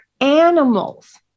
animals